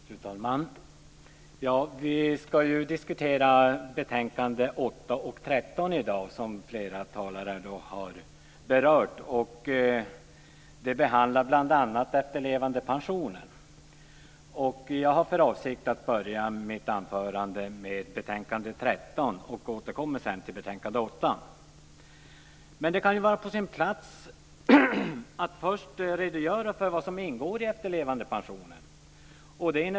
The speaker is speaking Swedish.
Fru talman! Vi ska ju diskutera betänkandena 8 och 13 i dag, som flera talare har berört. De behandlar bl.a. frågan om efterlevandepensionen. Jag har för avsikt att börja mitt anförande med betänkande 13, och jag återkommer sedan till betänkande 8. Det kan vara på sin plats att först redogöra för vad som ingår i efterlevandepensionen.